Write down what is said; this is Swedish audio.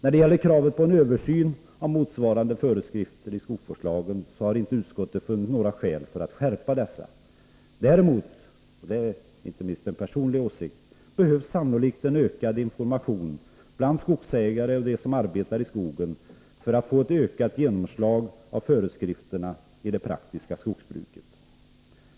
Krav har rests på en översyn av motsvarande föreskrifter i skogsvårdslagen, men utskottet har inte funnit några skäl för att skärpa dessa. Däremot —det är en åsikt som jag inte minst har personligen — behövs sannolikt en ökad information bland skogsägare och dem som arbetar i skogen för att få ett ökat genomslag av föreskrifterna i det praktiska skogsbruket.